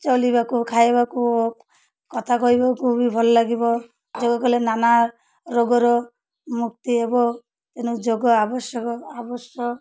ଚଳିବାକୁ ଖାଇବାକୁ କଥା କହିବାକୁ ବି ଭଲ ଲାଗିବ ଯୋଗ କଲେ ନାନା ରୋଗର ମୁକ୍ତି ହେବ ତେଣୁ ଯୋଗ ଆବଶ୍ୟକ ଆବଶ୍ୟକ